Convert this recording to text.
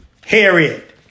Harriet